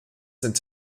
sind